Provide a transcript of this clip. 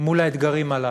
מול האתגרים הללו,